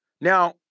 now